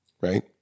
Right